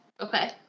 Okay